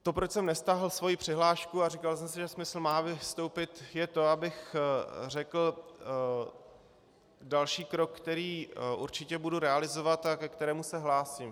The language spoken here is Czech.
To, proč jsem nestáhl svoji přihlášku a říkal jsem si, že smysl má vystoupit, je to, abych řekl další krok, který určitě budu realizovat a ke kterému se hlásím.